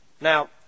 Now